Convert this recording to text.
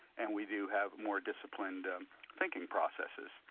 and we do have more disciplined thinking processes.